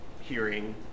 hearing